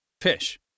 Fish